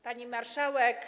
Pani Marszałek!